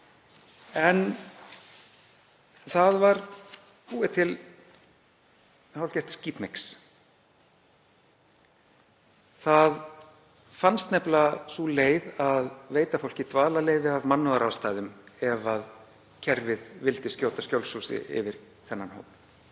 en þá var búið til hálfgert skítamix. Þá fannst nefnilega sú leið að veita fólki dvalarleyfi af mannúðarástæðum ef kerfið vildi skjóta skjólshúsi yfir þennan hóp.